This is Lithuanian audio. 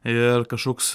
ir kažkoks